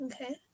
Okay